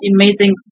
amazing